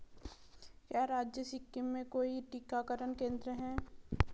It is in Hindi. क्या राज्य सिक्किम में कोई टीकाकरण केंद्र है